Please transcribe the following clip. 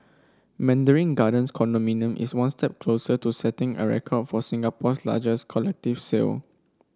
mandarin Gardens condominium is one step closer to setting a record for Singapore's largest collective sale